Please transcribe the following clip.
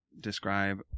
describe